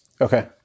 Okay